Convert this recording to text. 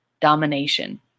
domination